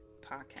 podcast